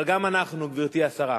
אבל גם אנחנו, גברתי השרה,